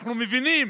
אנחנו מבינים